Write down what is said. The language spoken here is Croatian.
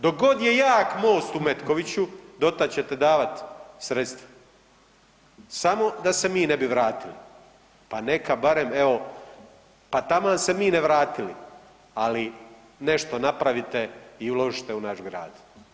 Dok god je jak MOST u Metkoviću dotad ćete davat sredstva samo da se mi ne bi vratili, pa neka barem evo, pa taman se mi ne vratili, ali nešto napravite i uložite u naš grad.